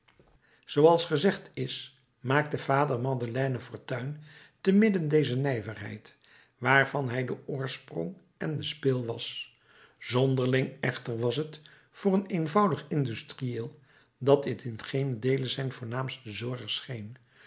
zooals gezegd is maakte vader madeleine fortuin te midden dezer nijverheid waarvan hij de oorsprong en de spil was zonderling echter was t voor een eenvoudig industriëel dat dit in geenen deele zijn voornaamste zorg scheen